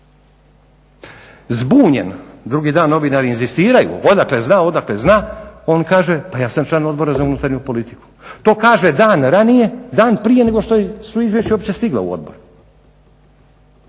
Zbunjen, drugi dan novinari inzistiraju odakle zna, odakle zna, on kaže pa ja sam član Odbora za unutarnju politiku. To kaže dan ranije, dan prije nego što su izvješća uopće stigla u odbor.